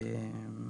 אנחנו